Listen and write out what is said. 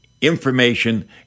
information